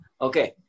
Okay